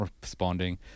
responding